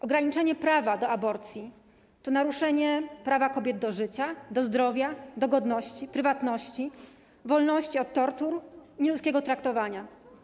Ograniczenie prawa do aborcji to naruszenie prawa kobiet do życia, zdrowia, godności, prywatności, wolności od tortur i nieludzkiego traktowania.